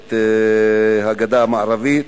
את הגדה המערבית,